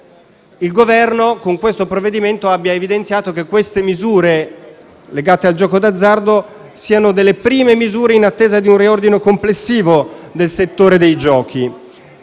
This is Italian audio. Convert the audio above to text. il Governo, con questo provvedimento, abbia evidenziato che questi interventi legati al gioco d'azzardo siano delle prime misure, in attesa di un riordino complessivo del settore dei giochi.